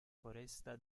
foresta